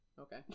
okay